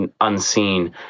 unseen